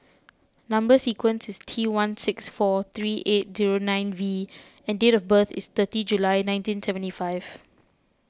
Number Sequence is T one six four three eight zero nine V and date of birth is thirty July nineteen seventy five